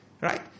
Right